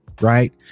right